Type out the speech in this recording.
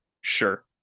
Sure